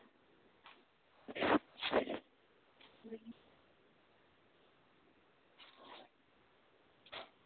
अ